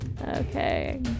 Okay